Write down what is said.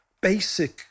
basic